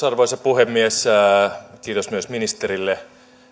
arvoisa puhemies kiitos ministerille